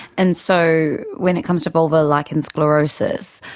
and so when it comes to vulvar lichen sclerosus,